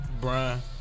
Brian